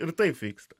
ir taip vyksta